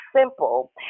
simple